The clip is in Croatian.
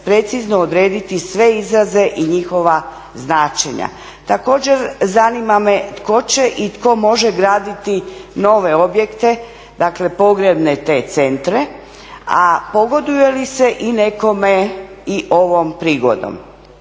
precizno odrediti sve izraze i njihova značenja. Također, zanima me tko će i tko može graditi nove objekte, dakle pogrebne te centre, a pogoduje li se i nekome i ovom prigodom?